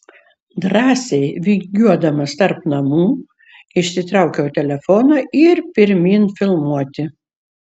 drąsiai vingiuodamas tarp namų išsitraukiau telefoną ir pirmyn filmuoti